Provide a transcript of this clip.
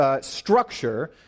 structure